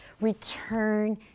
Return